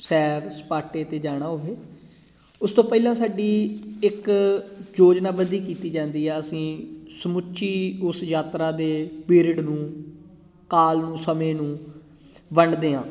ਸੈਰ ਸਪਾਟੇ 'ਤੇ ਜਾਣਾ ਹੋਵੇ ਉਸ ਤੋਂ ਪਹਿਲਾਂ ਸਾਡੀ ਇੱਕ ਯੋਜਨਾ ਬੰਦੀ ਕੀਤੀ ਜਾਂਦੀ ਆ ਅਸੀਂ ਸਮੁੱਚੀ ਉਸ ਯਾਤਰਾ ਦੇ ਪੀਰੀਅਡ ਨੂੰ ਕਾਲ ਨੂੰ ਸਮੇਂ ਨੂੰ ਵੰਡਦੇ ਹਾਂ